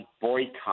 boycott